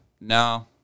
No